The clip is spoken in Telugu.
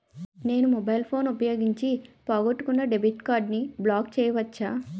నేను మొబైల్ ఫోన్ ఉపయోగించి పోగొట్టుకున్న డెబిట్ కార్డ్ని బ్లాక్ చేయవచ్చా?